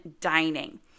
dining